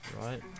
right